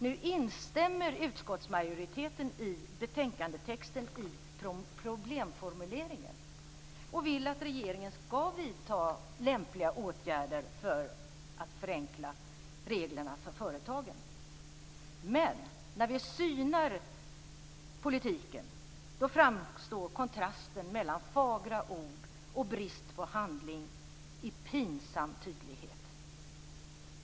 Nu instämmer utskottsmajoriteten i betänkandetexten i problemformuleringen och vill att regeringen skall vidta lämpliga åtgärder för att förenkla reglerna för företagen. När vi synar politiken framstår kontrasten mellan fagra ord och brist på handling i pinsam tydlighet.